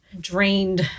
drained